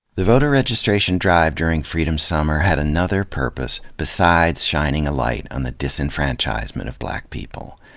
the voter registration drive during freedom summer had another purpose, besides shining a light on the disenfranchisement of black people.